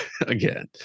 again